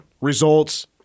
results